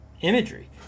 imagery